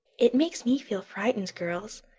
it makes me feel frightened, girls.